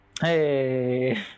hey